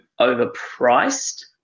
overpriced